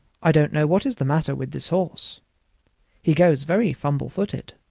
i don't know what is the matter with this horse he goes very fumble-footed.